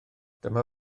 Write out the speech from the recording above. dyma